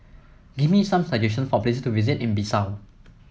give me some suggestion for place to visit in Bissau